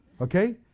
Okay